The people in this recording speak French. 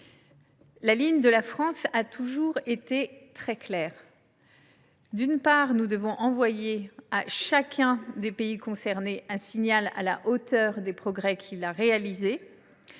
la ligne de la France a toujours été très claire : d’une part, nous devons envoyer à chacun des pays concernés un signal qui soit à la hauteur des progrès qu’il a réalisés